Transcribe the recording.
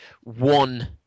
one